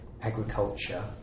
agriculture